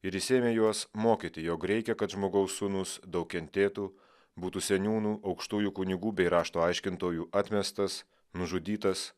ir jis ėmė juos mokyti jog reikia kad žmogaus sūnus daug kentėtų būtų seniūnų aukštųjų kunigų bei rašto aiškintojų atmestas nužudytas